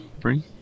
Three